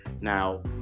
now